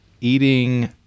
eating